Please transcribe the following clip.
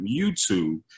YouTube